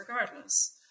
regardless